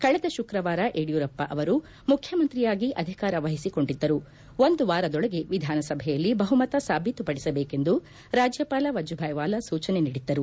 ಕಳೆದ ಶುಕ್ರವಾರ ಯಡಿಯೂರಪ್ಪ ಅವರು ಮುಖ್ಯಮಂತ್ರಿಯಾಗಿ ಅಧಿಕಾರ ವಹಿಸಿಕೊಂಡಿದ್ದರು ಒಂದು ವಾರದೊಳಗೆ ವಿಧಾನಸಭೆಯಲ್ಲಿ ಬಹುಮತ ಸಾಬೀತು ಪಡಿಸಬೇಕೆಂದು ರಾಜ್ಜಪಾಲ ವಜುಬಾಯ್ ವಾಲಾ ಸೂಚನೆ ನೀಡಿದ್ದರು